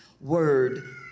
word